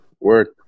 Work